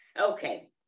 Okay